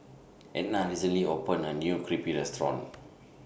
Edna recently opened A New Crepe Restaurant